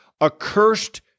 accursed